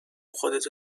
خودتو